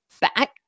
back